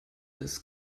des